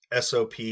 SOP